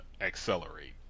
accelerate